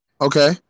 okay